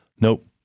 Nope